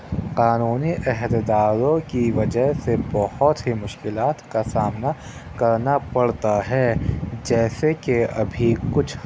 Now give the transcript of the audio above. قانونی عہدیداروں کی وجہ سے بہت ہی مشکلات کا سامنا کرنا پڑتا ہے جیسے کہ ابھی کچھ